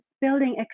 building